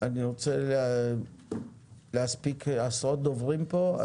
אני רוצה להספיק עשרות דוברים פה,